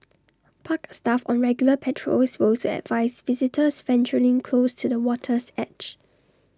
park staff on regular patrols will also advise visitors venturing close to the water's edge